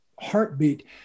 heartbeat